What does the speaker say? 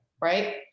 right